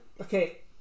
Okay